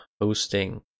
hosting